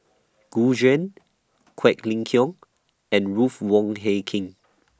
Gu Juan Quek Ling Kiong and Ruth Wong Hie King